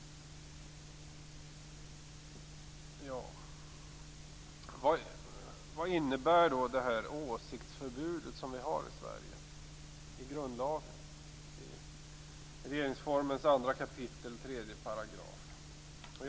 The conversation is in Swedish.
Vad innebär då det åsiktsregistreringsförbud som vi har i Sverige i grundlagen i regeringsformens 2 kap. 3 §?